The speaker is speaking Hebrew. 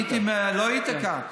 לא היית כאן.